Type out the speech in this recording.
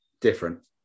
different